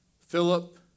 Philip